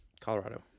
Colorado